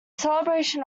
celebration